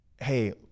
Hey